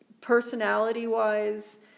personality-wise